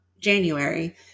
January